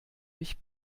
mich